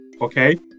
okay